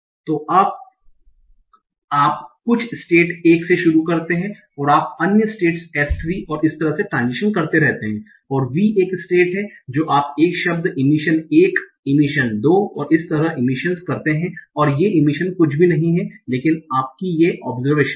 तो आप कुछ स्टेट 1 से शुरू कर रहे हैं आप अन्य स्टेट्स S3 और इस तरह ट्रांसिटिंग करते रहते हैं और v एक स्टेट है जो आप एक शब्द इमिशन 1 इमिशन 2 और इसी तरह इमिशन करते हैं और ये इमिशन कुछ भी नहीं हैं लेकिन आपकी ये ओबजरवेशन हैं